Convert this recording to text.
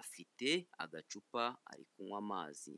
afite agacupa, ari kunywa amazi.